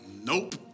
Nope